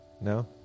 No